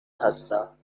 هستم